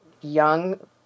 young